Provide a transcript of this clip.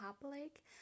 public